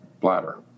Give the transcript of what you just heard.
bladder